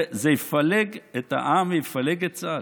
זה יפלג את העם, יפלג את צה"ל.